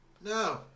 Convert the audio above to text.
No